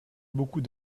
beaucoup